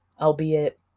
albeit